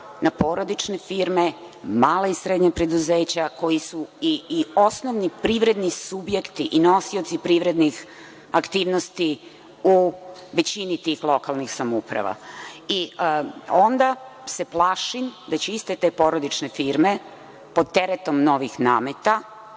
na porodične firme, mala i srednja preduzeća koja su i osnovni i privredni subjekti i nosioci privrednih aktivnosti u većini tih lokalnih samouprava. Onda se plašim da će te iste porodične firme pod teretom novih nameta,